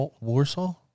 Warsaw